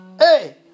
Hey